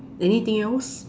anything else